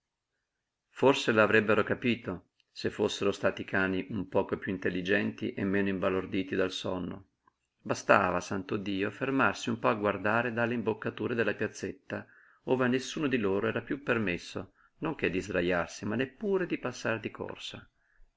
accaduto forse l'avrebbero capito se fossero stati cani un poco piú intelligenti e meno imbalorditi dal sonno bastava santo dio fermarsi un po a guardare dalle imboccature della piazzetta ove a nessuno di loro era piú permesso non che di sdrajarsi ma neppur di passare di corsa